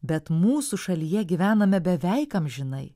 bet mūsų šalyje gyvename beveik amžinai